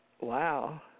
wow